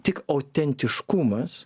tik autentiškumas